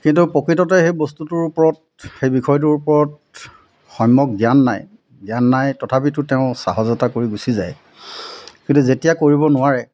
কিন্তু প্ৰকৃততে সেই বস্তুটোৰ ওপৰত সেই বিষয়টোৰ ওপৰত সম্যক জ্ঞান নাই জ্ঞান নাই তথাপিতো তেওঁ সাহজ এটা কৰি গুচি যায় কিন্তু যেতিয়া কৰিব নোৱাৰে